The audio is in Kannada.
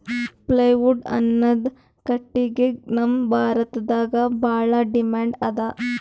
ಪ್ಲೇವುಡ್ ಅನ್ನದ್ ಕಟ್ಟಗಿಗ್ ನಮ್ ಭಾರತದಾಗ್ ಭಾಳ್ ಡಿಮ್ಯಾಂಡ್ ಅದಾ